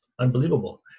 unbelievable